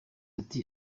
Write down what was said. ati